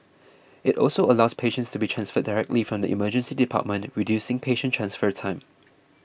it also allows patients to be transferred directly from the Emergency Department reducing patient transfer time